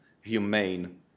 humane